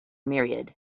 myriad